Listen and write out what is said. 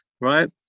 right